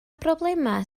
broblemau